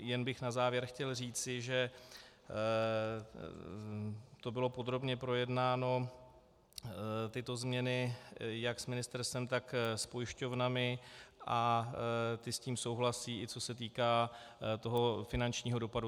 Jen bych na závěr chtěl říci, že to bylo podrobně projednáno, tyto změny, jak s ministerstvem, tak s pojišťovnami a ty s tím souhlasí, i co se týká toho finančního dopadu.